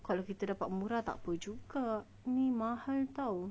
kalau kita dapat murah tak apa juga ni mahal [tau]